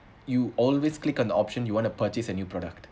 you always click on the option you want to purchase a new product